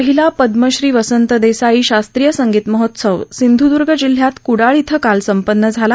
पहिला पदमश्री वसंत देसाई शास्त्रीय संगीत महोत्सव सिंधुदर्ग जिल्ह्यात कुडाळ इथं काल संपन्न झाला